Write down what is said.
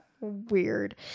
Weird